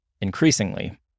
increasingly